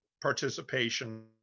participation